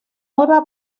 hora